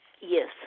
Yes